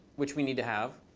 which we need to have.